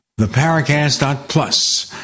theparacast.plus